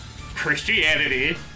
Christianity